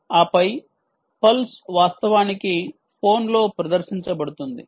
ఆపై పల్స్ వాస్తవానికి ఫోన్లో ప్రదర్శించబడుతుంది